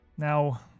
Now